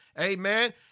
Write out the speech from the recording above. Amen